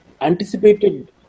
anticipated